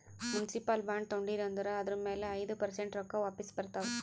municipal bond ತೊಂಡಿರಿ ಅಂದುರ್ ಅದುರ್ ಮ್ಯಾಲ ಐಯ್ದ ಪರ್ಸೆಂಟ್ ರೊಕ್ಕಾ ವಾಪಿಸ್ ಬರ್ತಾವ್